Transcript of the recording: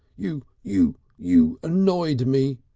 you you you annoyed me,